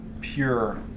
pure